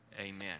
amen